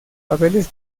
papeles